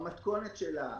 במתכונת שלה,